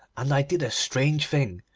and i did a strange thing,